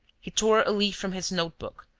he tore a leaf from his note-book,